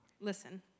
Listen